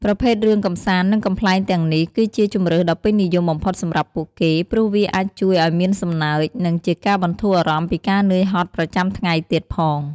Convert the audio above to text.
ប្រភេទរឿងកម្សាន្ត និងកំប្លែងទាំងនេះ គឺជាជម្រើសដ៏ពេញនិយមបំផុតសម្រាប់ពួកគេ ព្រោះវាអាចជួយឲ្យមានសំណើច និងជាការបន្ធូរអារម្មណ៍ពីការនឿយហត់ប្រចាំថ្ងៃទៀតផង។